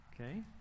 Okay